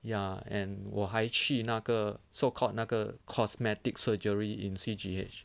ya and 我还去那个 so called 那个 cosmetic surgery in C_G_H